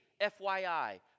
FYI